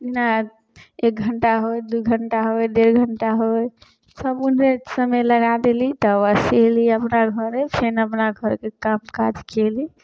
नहि एक घण्टा होइ दुइ घण्टा होइ डेढ़ घण्टा होइ सब ओनहि समय लगा देली तऽ बस अएली अपना घरे फेन अपना घरके काम काज कएली